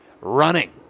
running